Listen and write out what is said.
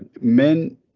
men